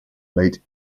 late